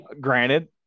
Granted